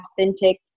authentic